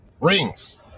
rings